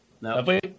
no